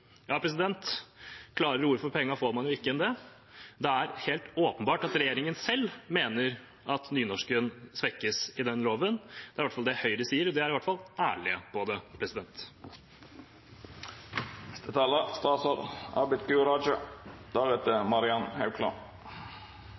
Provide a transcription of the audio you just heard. Ja, renere ord for pengene enn det får man ikke. Det er helt åpenbart at regjeringen selv mener at nynorsken svekkes i denne loven. Det er i hvert fall det Høyre sier, og de er ærlige på det. Jeg vil starte med å si at det